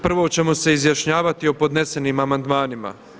Prvo ćemo se izjašnjavati o podnesenim amandmanima.